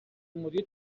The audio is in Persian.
مدیر